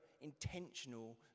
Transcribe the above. intentional